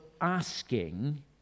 asking